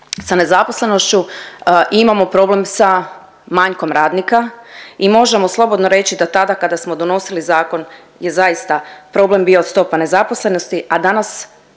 sa nezaposlenošću, imamo problem sa manjkom radnika i možemo slobodno reći da tada kada smo donosili zakon je zaista problem bio stopa nezaposlenosti, a danas,